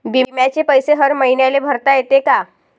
बिम्याचे पैसे हर मईन्याले भरता येते का?